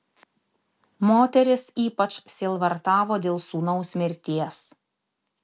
moteris ypač sielvartavo dėl sūnaus mirties